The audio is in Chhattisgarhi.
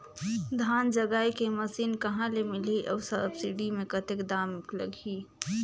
धान जगाय के मशीन कहा ले मिलही अउ सब्सिडी मे कतेक दाम लगही?